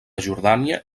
jordània